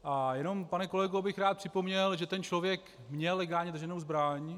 A jenom, pane kolego, bych rád připomněl, že ten člověk měl legálně drženou zbraň.